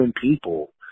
people